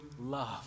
love